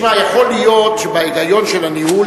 יכול להיות שבהיגיון של הניהול,